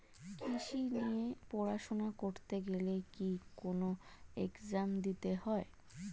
কৃষি নিয়ে পড়াশোনা করতে গেলে কি কোন এগজাম দিতে হয়?